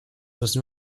müssen